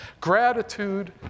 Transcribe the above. Gratitude